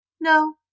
no